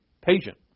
patient